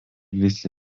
visi